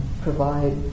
provide